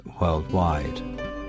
worldwide